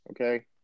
Okay